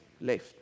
left